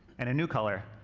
and a new color,